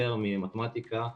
יותר ממתמטיקה,